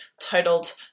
titled